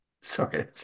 sorry